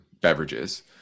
beverages